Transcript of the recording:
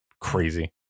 crazy